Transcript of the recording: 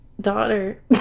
daughter